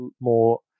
more